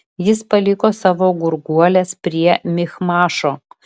jis paliko savo gurguoles prie michmašo